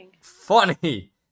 funny